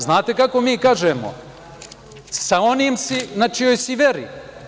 Znate kako mi kažemo – sa onim si na čijoj si veri.